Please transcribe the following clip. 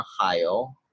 Ohio